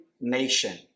nation